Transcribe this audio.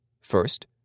First